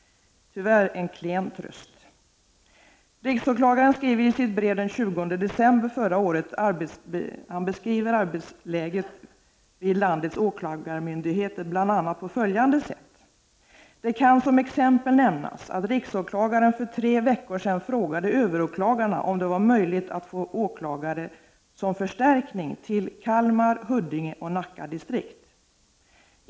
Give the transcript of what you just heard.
Tyvärr är det en klen tröst. Riksåklagaren beskriver i sitt brev den 20 december förra året arbetsläget vid landets åklagarmyndigheter bl.a. på följande sätt: ”Det kan som exempel nämnas att riksåklagaren för tre veckor sedan frågade överåklagarna om det var möjligt att få åklagare som förstärkning till Kalmar, Huddinge och Nacka distrikt.